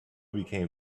became